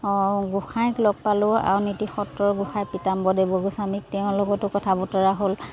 গোঁসাইক লগ পালোঁ আউনীতি সত্ৰৰ গোসাঁই পিতাম্বদেব গোস্বামীক তেওঁৰ লগতো কথা বতৰা হ'ল